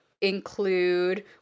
include